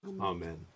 Amen